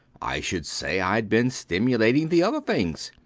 i should say i'd been stimulating the other things.